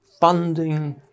funding